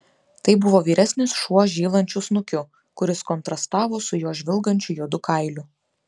tai buvo vyresnis šuo žylančiu snukiu kuris kontrastavo su jo žvilgančiu juodu kailiu